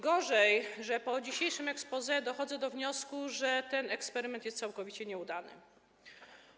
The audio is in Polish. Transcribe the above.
Gorzej, że po dzisiejszym exposé dochodzę do wniosku, że ten eksperyment jest całkowicie nieudany.